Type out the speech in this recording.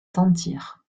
sentir